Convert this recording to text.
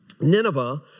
Nineveh